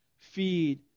Feed